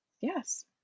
yes